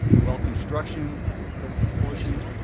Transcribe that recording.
while construction is critical portion,